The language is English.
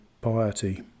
piety